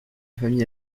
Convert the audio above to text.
famille